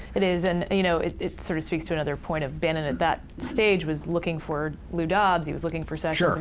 it is. and you know, it sort of speaks to another point of bannon at that stage was looking for lou dobbs he was looking for sessions.